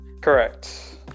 correct